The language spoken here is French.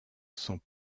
sont